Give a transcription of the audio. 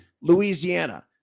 Louisiana